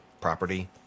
property